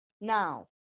Now